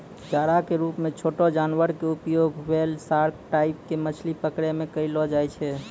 चारा के रूप मॅ छोटो जानवर के उपयोग व्हेल, सार्क टाइप के मछली पकड़ै मॅ करलो जाय छै